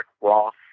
Ross